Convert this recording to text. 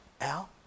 Al